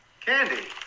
Candy